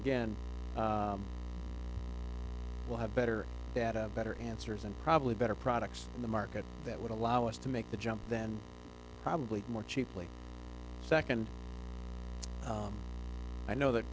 again we'll have better data better answers and probably better products in the market that would allow us to make the jump then probably more cheaply second i know that